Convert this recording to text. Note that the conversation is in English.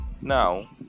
now